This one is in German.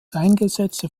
eingesetzte